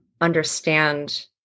understand